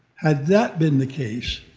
had that been the case,